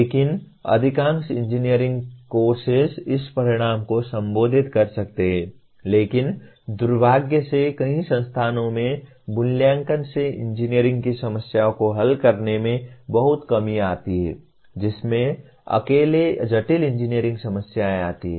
लेकिन अधिकांश engineering courses इस परिणाम को संबोधित कर सकते हैं लेकिन दुर्भाग्य से कई संस्थानों में मूल्यांकन से इंजीनियरिंग की समस्याओं को हल करने में बहुत कमी आती है जिससे अकेले जटिल इंजीनियरिंग समस्याएँ आती हैं